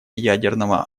ядерного